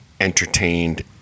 entertained